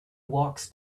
walks